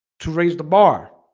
to raise the bar